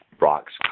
rocks